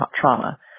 trauma